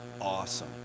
awesome